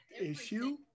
issue